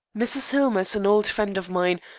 mrs. hillmer is an old friend of mine,